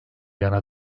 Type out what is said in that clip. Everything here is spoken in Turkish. yana